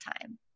time